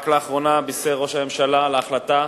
רק לאחרונה בישר ראש הממשלה על ההחלטה